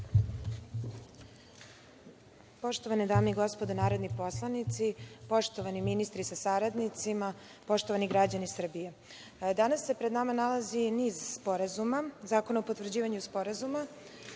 Poštovane dame i gospodo narodni poslanici, poštovani ministre sa saradnicima, poštovani građani Srbije, danas se pred nama nalazi niz zakona o potvrđivanju sporazuma,